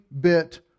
bit